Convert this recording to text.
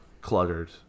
cluttered